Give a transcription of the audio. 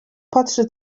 patrzy